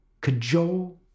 Cajole